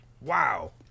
Wow